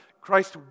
Christ